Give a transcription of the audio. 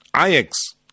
ix